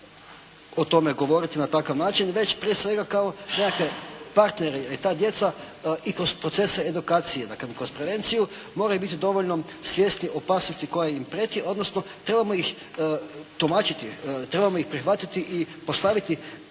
o tome govoriti na takav način već prije svega kao nekakve partnere, jer ta djeca i kroz procese edukacije, dakle kroz prevenciju, moraju biti dovoljno svjesni opasnosti koja im prijeti, odnosno trebamo ih tumačiti, trebamo ih prihvatiti i postaviti